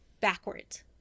backwards